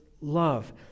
love